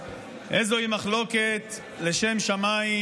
"איזוהי מחלוקת לשם שמיים?